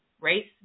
race